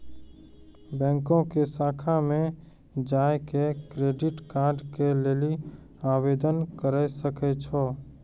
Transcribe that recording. बैंको के शाखा मे जाय के क्रेडिट कार्ड के लेली आवेदन करे सकै छो